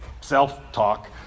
self-talk